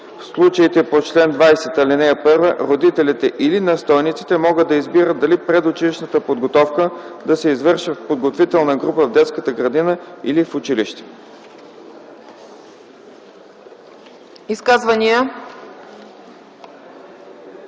В случаите по чл. 20, ал. 1 родителите или настойниците могат да избират дали предучилищната подготовка да се извършва в подготвителна група в детска градина или в училище.”